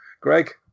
Greg